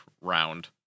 round